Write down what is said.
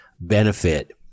benefit